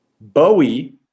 Bowie